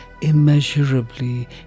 immeasurably